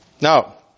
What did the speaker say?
Now